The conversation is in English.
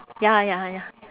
ya ya ya